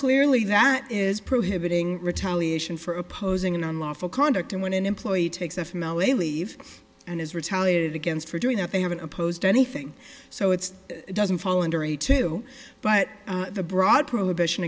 clearly that is prohibiting retaliation for opposing an unlawful conduct and when an employee takes a from l a leave and is retaliated against for doing that they haven't opposed anything so it's doesn't fall under a two but the broad prohibition